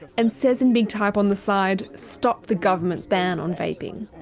and says in big type on the side stop the government ban on vaping.